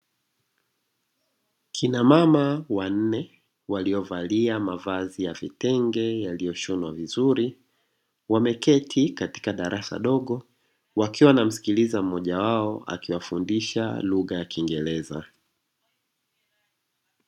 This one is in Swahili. Kina mama wanne waliovalia mavazi ya kitenge yalioshonwa vizuri, wameketi katika darasa dogo wakiwa wanamsikiliza mmoja akiwafundisha lugha ya kingereza.